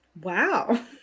Wow